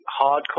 hardcore